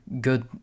good